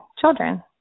children